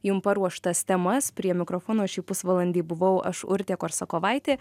jum paruoštas temas prie mikrofono šį pusvalandį buvau aš urtė korsakovaitė